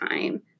time